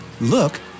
look